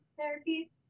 therapy